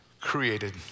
created